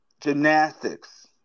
Gymnastics